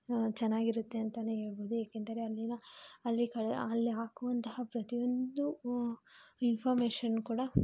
ಚೆನ್ನಾಗಿರುತ್ತೆ ಅಂತಲೇ ಹೇಳ್ಬೋದು ಏಕೆಂದರೆ ಅಲ್ಲಿನ ಅಲ್ಲಿ ಕ ಅಲ್ಲಿ ಹಾಕುವಂತಹ ಪ್ರತಿ ಒಂದು ಇನ್ಫಾರ್ಮೇಶನ್ ಕೂಡ